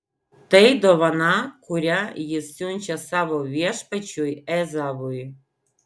tai dovana kurią jis siunčia savo viešpačiui ezavui